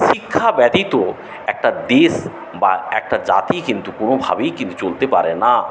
শিক্ষা ব্যতীত একটা দেশ বা একটা জাতি কিন্তু কোনোভাবেই কিন্তু চলতে পারে না